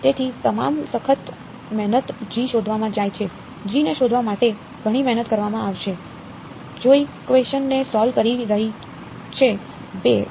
તેથી તમામ સખત મહેનત g શોધવામાં જાય છે g ને શોધવા માટે ઘણી મહેનત કરવામાં આવશે જેઇકવેશન ને સોલ્વ કરી રહી છે 2